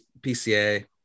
PCA